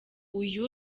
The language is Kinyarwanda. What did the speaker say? uyu